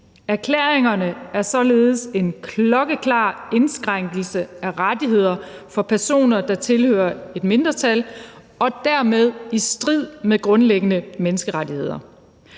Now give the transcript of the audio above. Erklæringerne er således en klokkeklar indskrænkelse af rettigheder for personer, der tilhører et mindretal, og dermed i strid med grundlæggende menneskerettigheder.